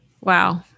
Wow